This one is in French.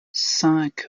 cinq